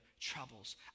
troubles